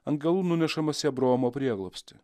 angelų nunešamas į abraomo prieglobstį